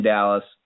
Dallas